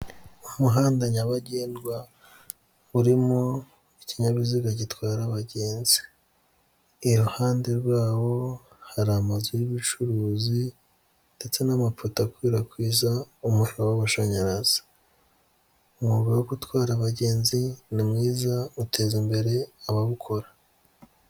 Umuhanda nyabagendwa urimo ikinyabiziga gitwara abagenzi, iruhande rwawo hari amazu y'ubucuruzi ndetse n'amapoto akwirakwiza umuriro w'amashanyarazi, umwuga wo gutwara abagenzi ni mwiza uteza imbere abawukora.